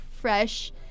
fresh